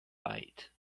bite